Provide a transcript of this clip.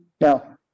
now